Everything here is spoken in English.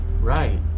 Right